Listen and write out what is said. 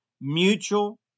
mutual